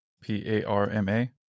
P-A-R-M-A